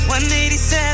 187